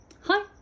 Hi